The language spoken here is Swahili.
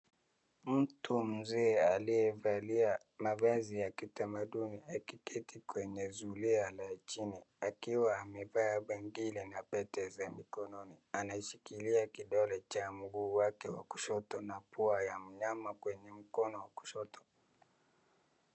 Mtu mzee aliyevalia mavazi ya kitamaduni akiketi kwenye zulia la chini, akiwa amevaa bangili na pete za mikononi. Anashikilia kidole cha mguu wake wa kushoto na pua ya mnyama kwenye mkono wa kushoto.